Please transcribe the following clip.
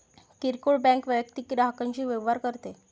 किरकोळ बँक वैयक्तिक ग्राहकांशी व्यवहार करते